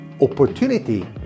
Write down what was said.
opportunity